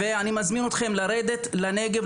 ואני מזמין אתכם לרדת לנגב,